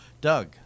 Doug